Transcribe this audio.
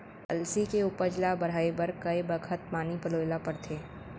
अलसी के उपज ला बढ़ए बर कय बखत पानी पलोय ल पड़थे?